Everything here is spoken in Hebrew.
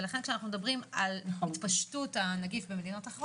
לכן כשאנחנו מדברים על התפשטות הנגיף במדינות אחרות